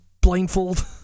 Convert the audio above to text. blindfold